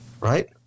right